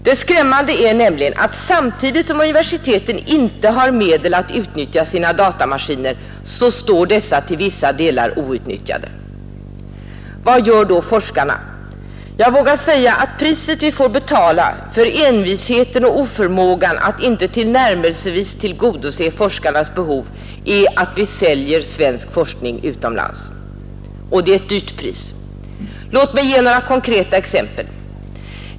Det skrämmande är nämligen att samtidigt som universiteten inte har medel att utnyttja sina datamaskiner står dessa till vissa delar outnyttjade. Vad gör då forskarna? Jag vågar säga att priset vi får betala för envisheten och för oförmågan att ens tillnärmelsevis tillgodose forskarnas behov är att vi säljer svensk forskning utomlands — och det är ett högt pris. Låt mig ge några konkreta exempel.